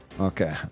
Okay